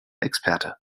experte